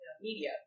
media